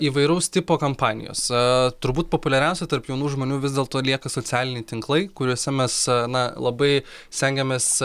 įvairaus tipo kampanijos turbūt populiariausia tarp jaunų žmonių vis dėlto lieka socialiniai tinklai kuriuose mes na labai stengiamės